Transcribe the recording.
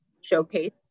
showcase